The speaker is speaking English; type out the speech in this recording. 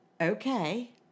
okay